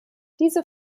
diese